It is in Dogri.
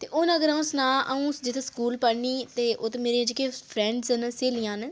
ते हुन अगर अ'ऊं सनांऽ अ'ऊं जिस स्कूल पढ़नी ते उत्थै मेरी जेह्की फ्रैंडां न स्हेलियां न